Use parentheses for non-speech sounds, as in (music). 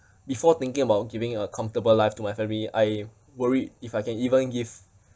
(breath) before thinking about giving a comfortable life to my family I worried if I can even give